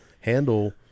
handle